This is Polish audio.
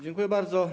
Dziękuję bardzo.